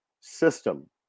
system